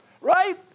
Right